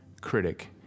critic